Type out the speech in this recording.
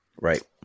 Right